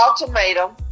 ultimatum